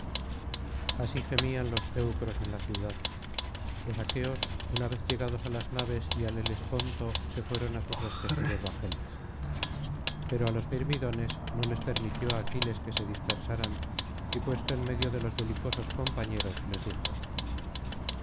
así gemían los teucros en la ciudad los aqueos una vez llegados á las naves y al helesponto se fueron á sus respectivos bajeles pero á los mirmidones no les permitió aquiles que se dispersaran y puesto en medio de los belicosos compañeros les dijo